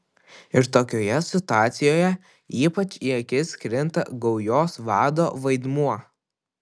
ir tokioje situacijoje ypač į akis krinta gaujos vado vaidmuo